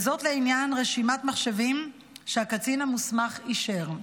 וזאת לעניין רשימת מחשבים שהקצין המוסמך אישר.